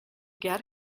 get